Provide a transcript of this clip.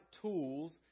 tools